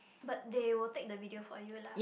but they will take the video for you lah